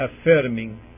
affirming